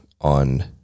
on